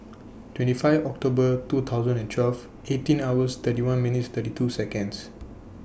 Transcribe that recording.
twenty five October two thousand and twelve eighteen hours thirty one minutes thirty two Seconds